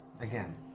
Again